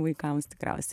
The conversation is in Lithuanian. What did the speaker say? vaikams tikriausiai